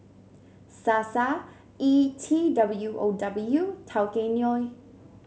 Sasa E T W O W Tao Kae Noi